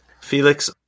Felix